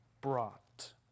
brought